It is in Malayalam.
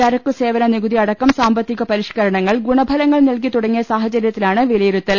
ചരക്കുസേവന നികുതിയടക്കം സാമ്പ ത്തികപരിഷ്ക്കരണങ്ങൾ ഗുണഫലങ്ങൾ നൽകിത്തുടങ്ങിയ സാഹചര്യത്തിലാണ് വിലയിരുത്തൽ